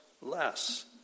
less